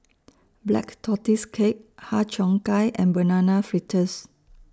Black Tortoise Cake Har Cheong Gai and Banana Fritters